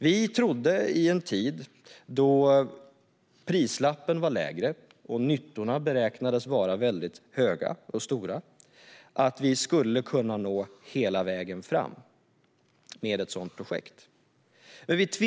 Vi trodde, i en tid då prislappen var lägre och nyttorna beräknades vara väldigt stora, att vi skulle kunna nå hela vägen fram med ett sådant projekt.